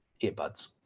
earbuds